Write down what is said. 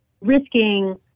risking